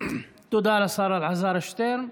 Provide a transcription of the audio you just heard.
תודה לשר אלעזר שטרן.